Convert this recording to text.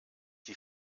die